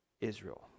Israel